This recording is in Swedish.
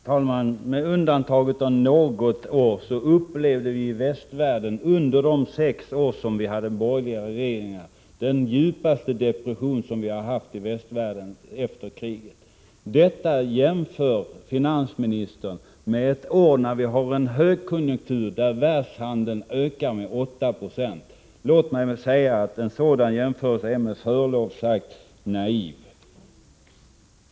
Herr talman! Med undantag för något år upplevde västvärlden under de sex år då vi hade borgerliga regeringar den djupaste depressionen efter kriget. Det här jämför finansministern med ett år när vi har en högkonjunktur och när världshandeln ökar med 8 96. En sådan jämförelse är med förlov sagt naiv.